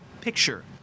picture